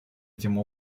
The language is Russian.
этим